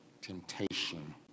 temptation